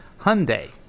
Hyundai